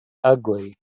ugly